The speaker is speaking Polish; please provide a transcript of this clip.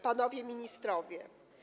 Panowie Ministrowie!